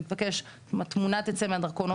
התמונה תצא מדרכונו,